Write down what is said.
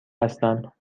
هستم